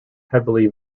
heavily